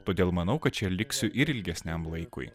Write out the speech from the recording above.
todėl manau kad čia liksiu ir ilgesniam laikui